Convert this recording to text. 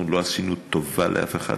אנחנו לא עשינו טובה לאף אחד.